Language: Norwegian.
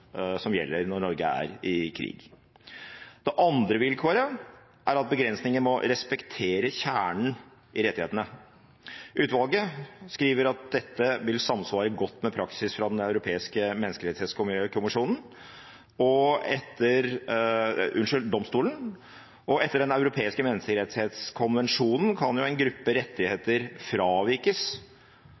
som gjelder når Norge er i krig. Det andre vilkåret er at begrensninger må respektere kjernen i rettighetene. Utvalget skriver at dette vil samsvare godt med praksis fra Den europeiske menneskerettsdomstol, og etter Den europeiske menneskerettskonvensjon kan en gruppe rettigheter fravikes